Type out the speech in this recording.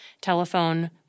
Telephone